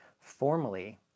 formally